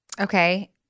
Okay